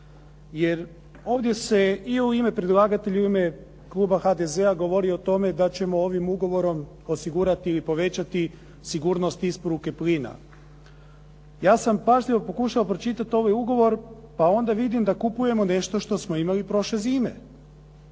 jer ovdje se i u ime predlagatelja i u ime kluba HDZ-a govori o tome da ćemo ovim ugovorom osigurati i povećati sigurnost isporuke plina. Ja sam pažljivo pokušao pročitati ovaj ugovor pa onda vidim da kupujemo nešto što smo imali prošle zime.